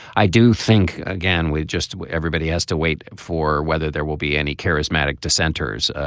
i do think again we just everybody has to wait for whether there will be any charismatic dissenters.